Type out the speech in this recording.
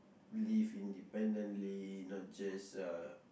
live independently not just uh